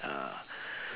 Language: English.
ah